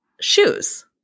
shoes